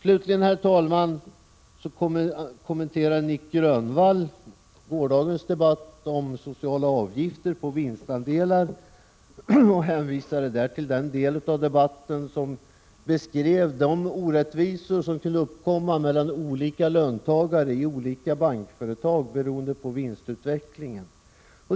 Slutligen vill jag anknyta till Nic Grönvalls kommentarer till gårdagens debatt om sociala avgifter på vinstandelar, där han hänvisade till den del av debatten som beskrev de orättvisor som kunde uppkomma mellan olika löntagare i olika bankföretag beroende på vinstutvecklingen.